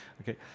Okay